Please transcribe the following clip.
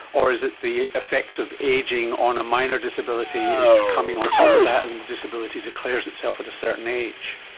or is it the effects of ageing on a minor disability is coming on top of that and the disability declares itself at a certain age?